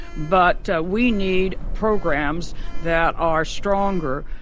but we need programs that are stronger,